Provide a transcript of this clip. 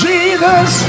Jesus